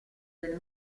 del